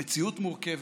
המציאות מורכבת.